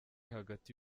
hagati